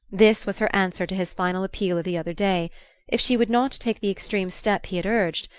this was her answer to his final appeal of the other day if she would not take the extreme step he had urged,